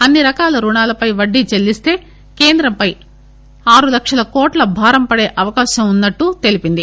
అన్సి రకాల రుణాలపై వడ్డీ చెల్లిస్తే కేంద్రంపై ఆరు లక్షల కోట్ల భారం పడే అవకాశం ఉందని తెలిపింది